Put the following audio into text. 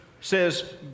says